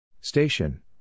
Station